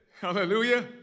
hallelujah